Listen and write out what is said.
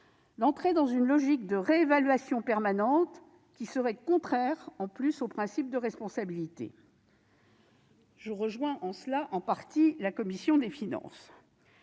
d'entrer dans une logique de réévaluation permanente qui serait contraire, de surcroît, au principe de responsabilité. Je rejoins en cela, en partie, la commission des finances.